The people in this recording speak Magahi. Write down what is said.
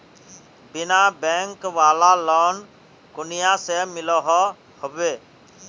बिना बैंक वाला लोन कुनियाँ से मिलोहो होबे?